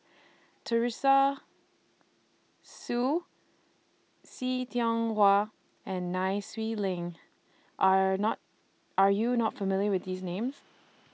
Teresa Hsu See Tiong Wah and Nai Swee Leng Are not Are YOU not familiar with These Names